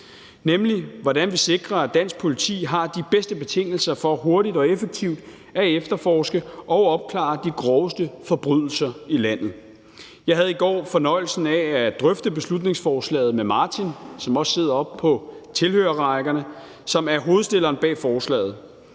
nemlig hvordan vi sikrer, at dansk politi har de bedste betingelser for hurtigt og effektivt at efterforske og opklare de groveste forbrydelser i landet. Jeg havde i går fornøjelsen af at drøfte beslutningsforslaget med Martin, som også sidder oppe på tilhørerrækkerne, og som er hovedstilleren bag forslaget,